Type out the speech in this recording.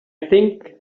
think